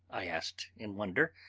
i asked in wonder,